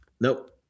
nope